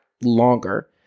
longer